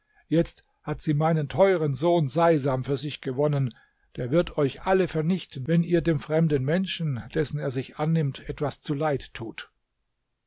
jetzt hat sie meinen teuren sohn seisam für sich gewonnen der wird euch alle vernichten wenn ihr dem fremden menschen dessen er sich annimmt etwas zu leid tut